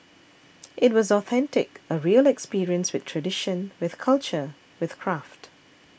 it was authentic a real experience with tradition with culture with craft